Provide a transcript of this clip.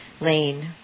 Lane